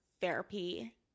therapy